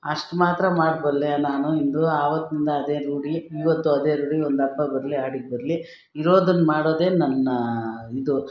ಅಷ್ಟು ಮಾತ್ರ ಮಾಡಬಲ್ಲೆ ನಾನು ಇಂದು ಅವತ್ತಿನಿಂದ ಅದೇ ರೂಢಿ ಇವತ್ತು ಅದೇ ರೂಢಿ ಒಂದುಹಬ್ಬ ಬರಲಿ ಹಾಡಿಗ್ ಬರಲಿ ಇರೋದನ್ನ ಮಾಡೋದೇ ನನ್ನ ಇದು